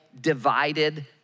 divided